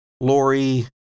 Lori